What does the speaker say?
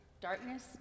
darkness